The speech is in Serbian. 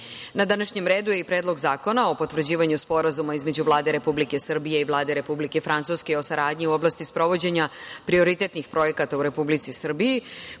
današnjem redu je i Predlog zakona o potvrđivanju sporazuma između Vlade Republike Srbije i Vlade Republike Francuske o saradnji u oblasti sprovođenja prioritetnih projekata u Republici